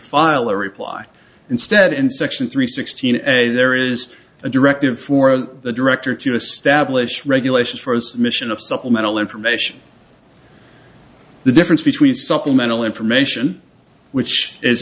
file or reply instead in section three sixteen a there is a directive for the director to establish regulations for submission of supplemental information the difference between something mental information which is